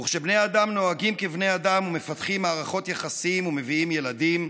וכשבני האדם נוהגים כבני אדם ומפתחים מערכות יחסים ומביאים ילדים,